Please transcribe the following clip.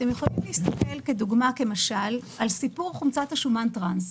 אתם יכולים להסתכל כדוגמה על סיפור חומצת השומן טרנס.